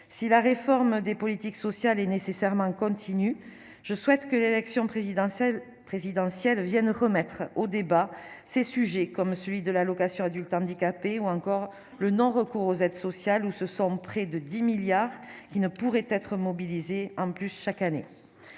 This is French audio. si la réforme des politiques sociales et nécessairement continue : je souhaite que l'élection présidentielle présidentielle viennent remettre au débat, ces sujets comme celui de l'allocation adulte handicapé ou encore le non-recours aux aides sociales, ou ce sont près de 10 milliards qui ne pourrait être mobilisés en plus chaque année,